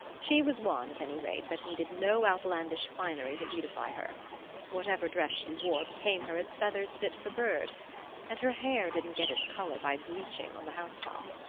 she was one, at any rate, that needed no outlandish finery to beautify her whatever dress she wore became her as feathers fit the bird and her hair didn't get its color by bleaching on the housetop.